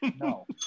No